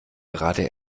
gerade